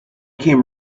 came